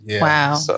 Wow